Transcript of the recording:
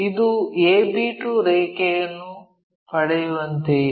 ಇದು a b2 ರೇಖೆಯನ್ನು ಪಡೆಯುವಂತೆಯೇ